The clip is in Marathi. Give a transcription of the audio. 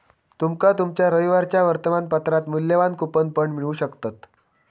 तुमका तुमच्या रविवारच्या वर्तमानपत्रात मुल्यवान कूपन पण मिळू शकतत